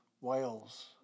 Wales